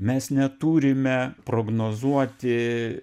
mes neturime prognozuoti